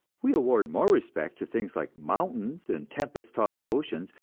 we award more respect to things like mountains and tempest-tossed oceans,